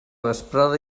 vesprada